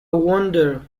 wonder